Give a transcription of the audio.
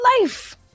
life